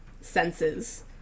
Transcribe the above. senses